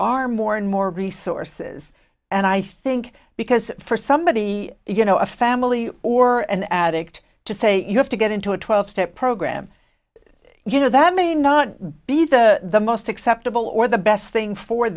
are more and more resources and i think because for somebody you know a family or an addict to say you have to get into a twelve step program you know that may not be the most acceptable or the best thing for